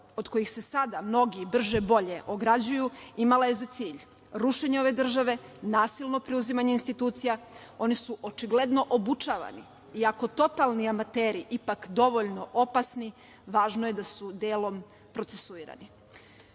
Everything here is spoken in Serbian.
od koje se sada mnogi brže-bolje ograđuju, imala je za cilj rušenje ove države, nasilno preuzimanje institucija. Oni su očigledno obučavani. Iako totalni amateri, ipak dovoljno opasni, važno je da su delom procesuirani. Do